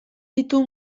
ditu